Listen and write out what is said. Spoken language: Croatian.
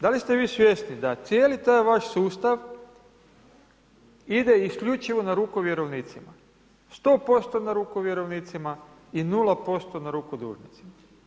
Da li ste vi svjesni, da cijeli taj vaš sustav, ide isključivo na ruku vjerovnicima, 100% na ruku vjerovnicima i 0% na ruku dužnosnika.